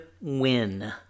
win